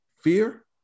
fear